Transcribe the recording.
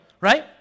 right